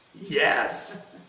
Yes